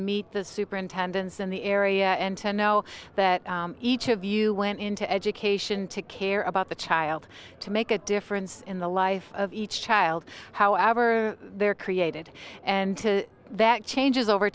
meet the superintendents in the area and to know that each of you went into education to care about the child to make a difference in the life of each child however they're created and to that changes over